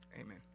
Amen